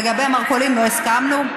לגבי המרכולים לא הסכמנו,